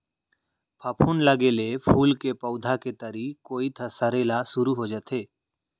फफूंद लगे ले फूल के पउधा के तरी कोइत ह सरे ल सुरू हो जाथे